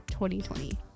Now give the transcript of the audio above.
2020